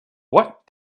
what